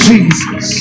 Jesus